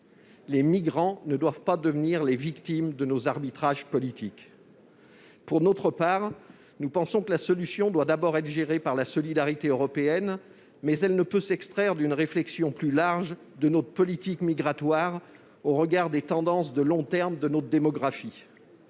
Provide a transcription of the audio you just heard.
Les migrants ne doivent pas devenir les victimes de nos arbitrages politiques. Pour notre part, nous pensons que la solution doit d'abord être gérée par la solidarité européenne. Mais elle ne peut s'extraire d'une réflexion plus large sur notre politique migratoire, au regard des tendances de long terme de notre démographie.